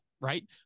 Right